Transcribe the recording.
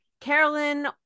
Carolyn